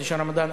חודש הרמדאן,